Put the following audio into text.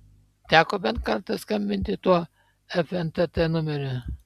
teko bent kartą skambinti tuo fntt numeriu